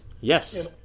Yes